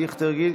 אבי דיכטר,